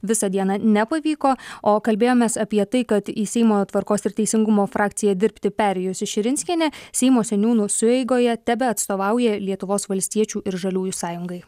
visą dieną nepavyko o kalbėjomės apie tai kad į seimo tvarkos ir teisingumo frakciją dirbti perėjusi širinskienė seimo seniūnų sueigoje tebeatstovauja lietuvos valstiečių ir žaliųjų sąjungai